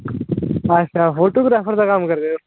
अच्छा फोटोग्राफर दा कम्म करदे ओ